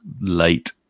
late